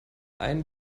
ein